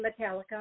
Metallica